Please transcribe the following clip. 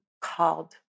called